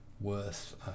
worth